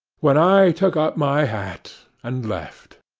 when i took up my hat, and left.